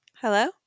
Hello